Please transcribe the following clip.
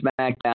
SmackDown